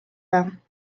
pas